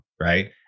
right